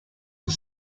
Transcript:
are